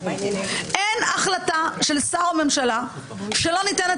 אין החלטה של שר או ממשלה שלא ניתנת